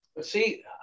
See